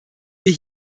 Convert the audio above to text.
wir